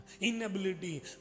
inability